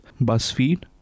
BuzzFeed